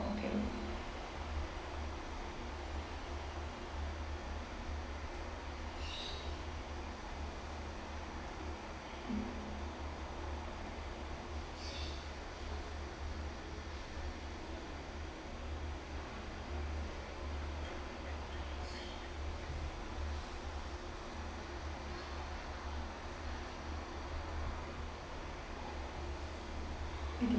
okay